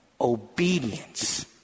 Obedience